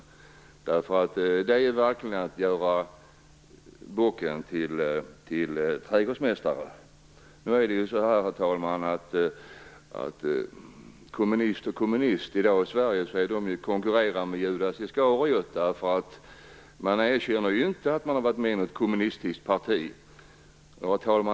Det är verkligen att göra bocken till trädgårdsmästare. Kommunister i dagens Sverige konkurrerar, herr talman, med Judas Iskariot, därför att man inte erkänner att man varit med i något kommunistiskt parti.